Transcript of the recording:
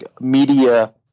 media